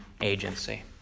agency